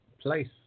place